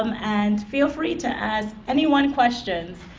um and feel free to ask anyone questions.